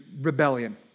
rebellion